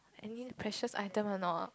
any precious item or not